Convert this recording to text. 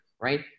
right